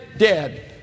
dead